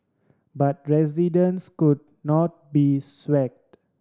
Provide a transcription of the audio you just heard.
but residents could not be swayed